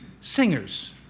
singers